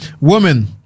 Woman